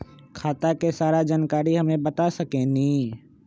खाता के सारा जानकारी हमे बता सकेनी?